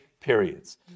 periods